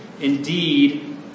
Indeed